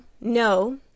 no